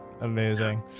Amazing